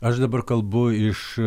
aš dabar kalbu iš